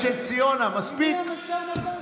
עם מי המשא ומתן שלך?